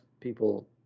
people